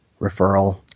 referral